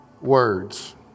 words